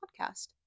podcast